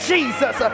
Jesus